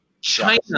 China